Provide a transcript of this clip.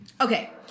Okay